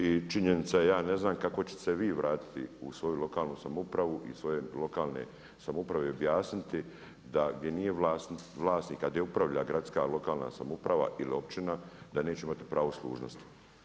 I činjenica, ja ne znam kako ćete se vi vratiti u svoju lokalnu samoupravu i svoje lokalne samouprave i objasniti da gdje nije vlasnika, gdje upravlja gradska, lokalna samouprava ili općina da neće imati pravo služnosti.